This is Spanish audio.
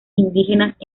indígenas